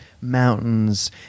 mountains